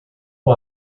com